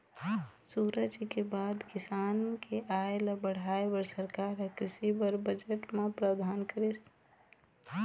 सुराजी के बाद किसान के आय ल बढ़ाय बर सरकार ह कृषि बर बजट म प्रावधान करिस